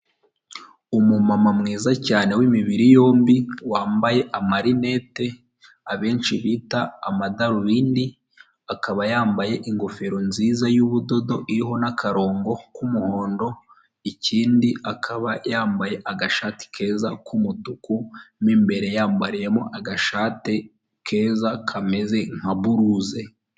Umumama mwiza cyane w'imibiri yombi wambaye amarinete abenshi bita amadarubindi, akaba yambaye ingofero nziza y'ubudodo iriho n'akarongo k'umuhondo, ikindi akaba yambaye agashati keza k'umutuku imbere yambariyemo agashati keza kameze nka buruze.